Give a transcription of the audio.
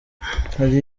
hari